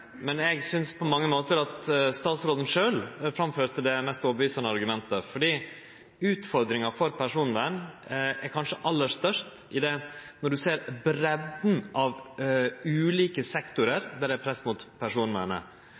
Men eg synest på mange måtar at statsråden sjølv framførte det mest overtydande argumentet, for utfordringa for personvern er kanskje aller størst når ein ser breidda av ulike sektorar der det er press mot personvernet,